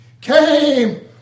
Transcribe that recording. Came